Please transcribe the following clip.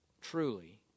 truly